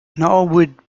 norwood